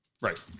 right